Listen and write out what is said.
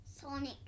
Sonic